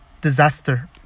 disaster